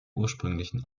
ursprünglichen